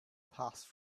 passed